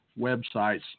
websites